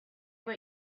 what